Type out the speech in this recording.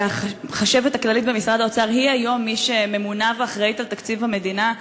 החשבת הכללית במשרד האוצר היא היום מי שממונה ואחראית לתקציב המדינה,